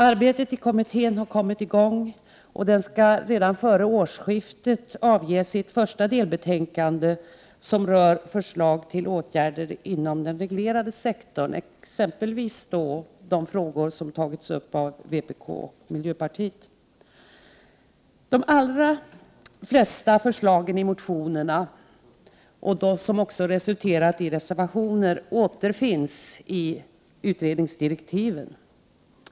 Arbetet i kommittén har kommit i gång, och den skall redan före årsskiftet avge sitt första delbetänkande med förslag till åtgärder inom den reglerade sektorn. Det handlar exempelvis om de frågor som berörts av vpk och miljöpartiet. De allra flesta förslagen i motionerna som också resulterat i reservationer återfinns i utredningsdirektiven.